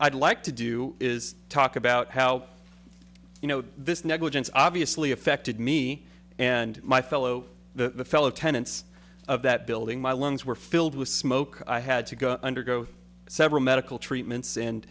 i'd like to do is talk about how you know this negligence obviously affected me and my fellow the fellow tenants of that building my lungs were filled with smoke i had to go undergo several medical treatments and